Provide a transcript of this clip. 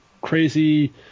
crazy